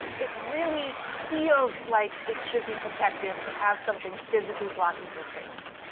it really feels like it should be protective to have something physically blocking your face.